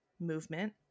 movement